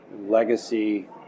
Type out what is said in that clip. legacy